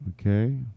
okay